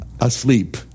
asleep